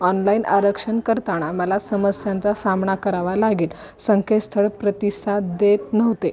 online आरक्षण करताना मला समस्यांचा सामना करावा लागला संकेतस्थळ प्रतिसाद देत नव्हते